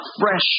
fresh